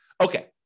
Okay